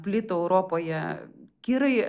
plito europoje kirai